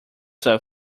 fruit